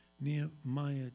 Nehemiah